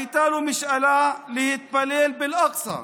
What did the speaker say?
הייתה לו משאלה להתפלל באל-אקצא.